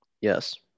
Yes